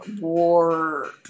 war